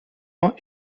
ans